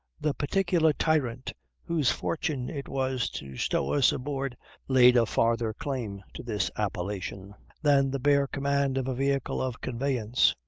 the particular tyrant whose fortune it was to stow us aboard laid a farther claim to this appellation than the bare command of a vehicle of conveyance.